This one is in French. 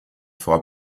fera